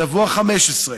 השבוע ה-15,